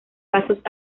pasos